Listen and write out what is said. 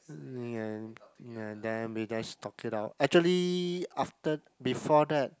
ya ya then they just talked it out actually after before that